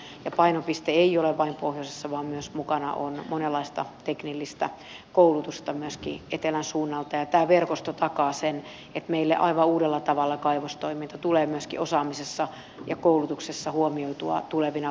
ja painopiste ei ole vain pohjoisessa vaan mukana on myös monenlaista teknillistä koulutusta myöskin etelän suunnalta ja tämä verkosto takaa sen että meillä aivan uudella tavalla kaivostoiminta tulee myöskin osaamisessa ja koulutuksessa huomioitua tulevina vuosina